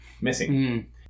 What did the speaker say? missing